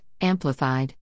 Amplified